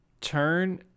turn